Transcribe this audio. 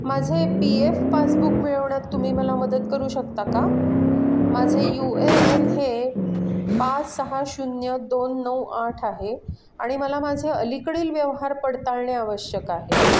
माझे P F passbook मिळवण्यात तुम्ही मला मदत करू शकता का माझे यू ए एन हे पाच सहा शून्य दोन नऊ आठ आहे आणि मला माझे अलीकडील व्यवहार पडताळणे आवश्यक आहे